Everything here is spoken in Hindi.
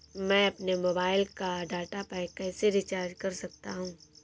मैं अपने मोबाइल का डाटा पैक कैसे रीचार्ज कर सकता हूँ?